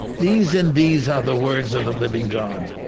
these and these are the words of the living god.